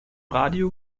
radio